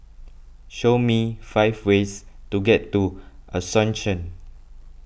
show me five ways to get to Asuncion